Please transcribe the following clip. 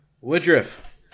Woodruff